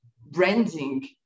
branding